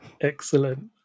Excellent